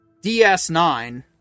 DS9